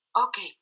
Okay